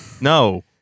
no